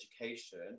education